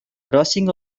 rushing